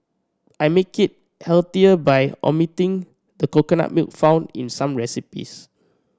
I make it healthier by omitting the coconut milk found in some recipes